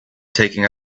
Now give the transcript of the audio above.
taking